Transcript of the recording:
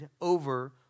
over